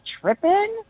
tripping